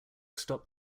stopped